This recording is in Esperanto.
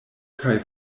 kaj